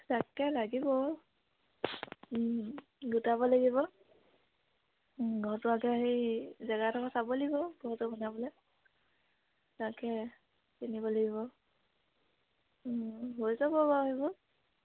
তাকে লাগিব গোটাব লাগিব সেই জেগা এডোখৰ চাব লাগিব ঘৰটো বনাবলৈ তাকে কিনিব লাগিব হৈ যাব বাৰু সেইবোৰ